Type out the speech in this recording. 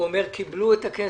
שהם קיבלו את הכסף.